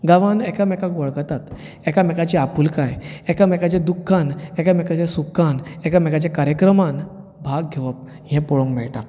गांवांत एकामेकाक वळखतात एकामेकाची आपुलकाय एकामेकाच्या दुखांत एकामेकाच्या सुखांत एकामेकाच्या कार्यक्रमांत भाग घेवप हें पळोवंक मेळटा